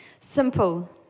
Simple